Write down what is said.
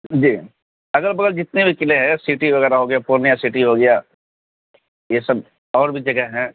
جی اگل بگل جتنے بھی قلعے ہیں سٹی وغیرہ ہو گیا پورنیہ سٹی ہو گیا یہ سب اور بھی جگہ ہیں